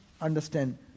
understand